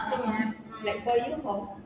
ah ah ah like for you how